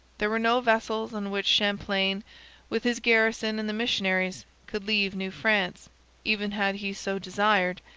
there were no vessels on which champlain with his garrison and the missionaries could leave new france even had he so desired,